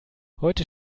heute